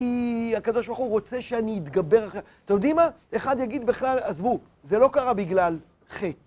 כי הקדוש ברוך הוא רוצה שאני אתגבר... אתה יודעים מה? אחד יגיד בכלל, עזבו, זה לא קרה בגלל חטט.